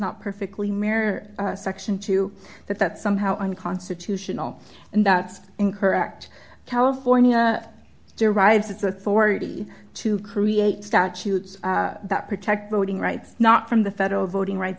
not perfectly mirror section two that that somehow unconstitutional and that's incorrect california derives its authority to create statutes that protect voting rights not from the federal voting rights